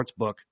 sportsbook